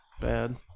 bad